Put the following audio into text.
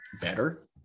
better